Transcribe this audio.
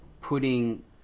putting